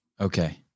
Okay